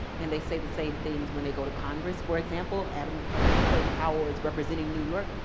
and they say the same things when they go to congress. for example, adam clayton powell is representing new york,